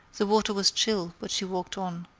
the water was chill, but she walked on.